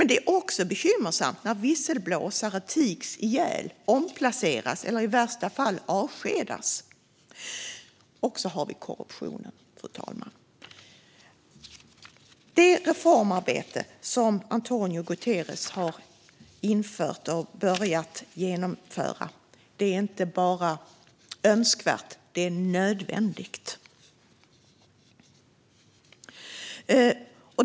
Det är också bekymmersamt när visselblåsare tigs ihjäl, omplaceras eller i värsta fall avskedas. Och så har vi korruptionen, fru talman. Det reformarbete som António Guterres har börjat genomföra är inte bara önskvärt; det är nödvändigt.